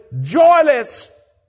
joyless